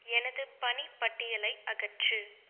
எனது பணி பட்டியலை அகற்று